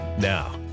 Now